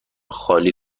خالی